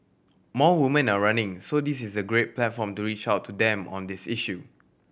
more women are running so this is a great platform to reach out to them on this issue